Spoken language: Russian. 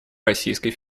российской